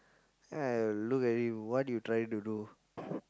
ah look at him what you trying to do